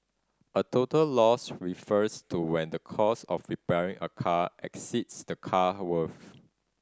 a total loss refers to when the cost of repairing a car exceeds the car worth